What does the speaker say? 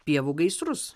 pievų gaisrus